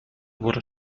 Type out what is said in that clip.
wurde